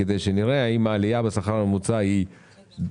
כדי שנראה האם העלייה בשכר הממוצע משמעותית,